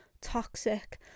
toxic